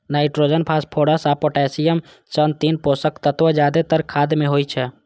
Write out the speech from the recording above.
nitrogen, phosphorus आ potassium सन तीन पोषक तत्व जादेतर खाद मे होइ छै